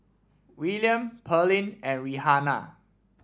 Willaim Pearline and Rihanna